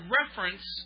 reference